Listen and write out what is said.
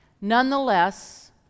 Nonetheless